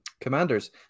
commanders